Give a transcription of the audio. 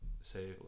say